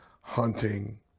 hunting